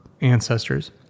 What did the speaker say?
ancestors